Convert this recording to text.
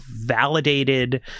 validated